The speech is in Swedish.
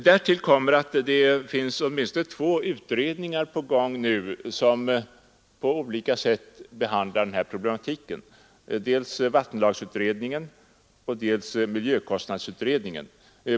Till detta kommer att det finns åtminstone två utredningar i gång som på olika sätt behandlar den här problematiken, dels vattenlagsutredningen, dels miljökostnadsutredningen.